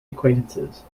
acquaintances